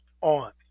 on